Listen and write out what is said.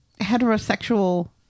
heterosexual